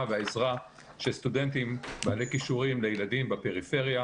והעזרה של סטודנטים בעלי כישורים לילדים בפריפריה,